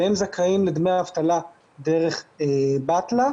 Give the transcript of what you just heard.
והם זכאים לדמי אבטלה דרך בטל"א,